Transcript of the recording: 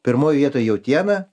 pirmoj vietoj jautiena